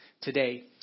today